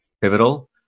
pivotal